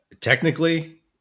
technically